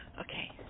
okay